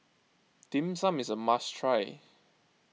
Dim Sum is a must try